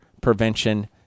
prevention